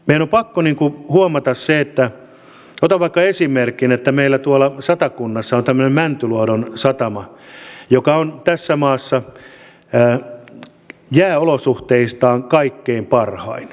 meidän on pakko huomata otan vaikka esimerkin että meillä tuolla satakunnassa on tämmöinen mäntyluodon satama joka on tässä maassa jääolosuhteiltaan kaikkein parhain